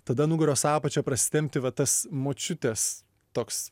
tada nugaros apačią prasitempti va tas močiutės toks